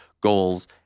goals